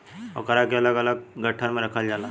ओकरा के अलग अलग गट्ठर मे रखल जाला